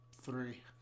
three